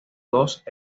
dos